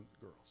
girls